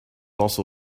also